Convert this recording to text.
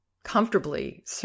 Comfortably